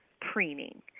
preening